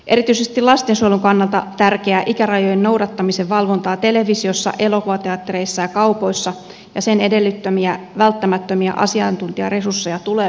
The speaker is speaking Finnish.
erityisesti lastensuojelun kannalta tärkeää ikärajojen noudattamisen valvontaa televisiossa elokuvateattereissa ja kaupoissa ja sen edellyttämiä välttämättömiä asiantuntijaresursseja tulee korostaa